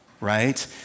right